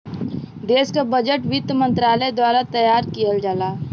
देश क बजट वित्त मंत्रालय द्वारा तैयार किहल जाला